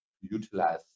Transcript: utilize